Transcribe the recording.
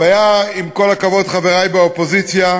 הבעיה, עם כל הכבוד, חברי באופוזיציה,